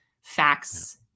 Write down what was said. facts